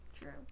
True